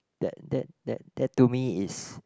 that that that that to me is